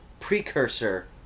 precursor